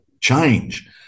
change –